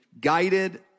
guided